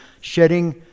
shedding